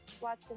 watch